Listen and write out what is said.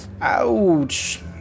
Ouch